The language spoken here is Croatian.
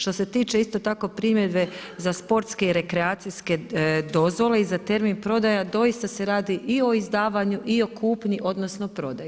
Što se tiče isto tako primjedbe za sportske i rekreacijske dozvole i za termin prodaja doista se radi i o izdavanju i o kupnji, odnosno prodaji.